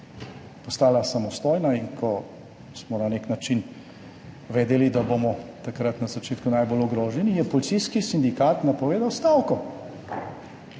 postala samostojna in ko smo na nek način vedeli, da bomo takrat na začetku najbolj ogroženi, je policijski sindikat napovedal stavko.